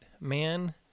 man